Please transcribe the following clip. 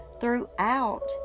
throughout